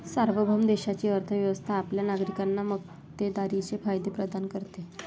सार्वभौम देशाची अर्थ व्यवस्था आपल्या नागरिकांना मक्तेदारीचे फायदे प्रदान करते